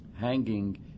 Hanging